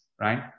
right